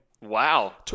wow